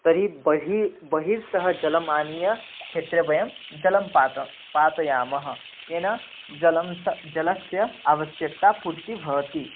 तर्हि बहिः बहितः जलम् आनीय क्षेत्रे वयं जलं पात पातयामः येन जलं स जलस्य आवश्यकतापूर्तिः भवति